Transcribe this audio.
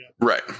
Right